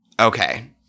Okay